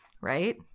right